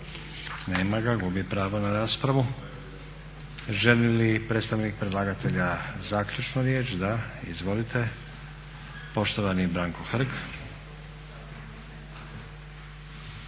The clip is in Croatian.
Nema ga, gubi pravo na raspravu. Želi li predstavnik predlagatatelja zaključno riječ? Da. Izvolite, poštovani Branko Hrg.